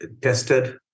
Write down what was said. tested